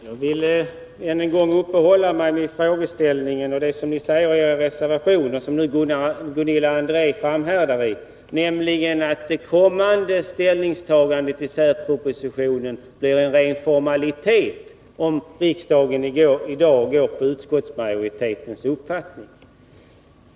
Herr talman! Jag vill än en gång uppehålla mig vid det som ni säger i er reservation och som nu Gunilla André vidhåller, nämligen att det kommande ställningstagandet i särpropositionen blir en ren formalitet, om riksdagen i dag beslutar enligt utskottsmajoritetens uppfattning.